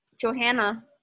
Johanna